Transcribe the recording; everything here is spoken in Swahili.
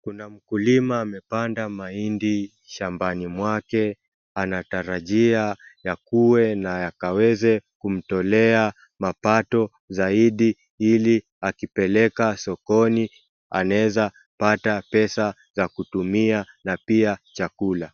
Mkulima amepanda mahindi shambani mwake anatarajia yakue na yakaweze kumtolea mapato zaidi, ili akipeleka sokoni anaweza pata pesa ya kutumia na pia chakula.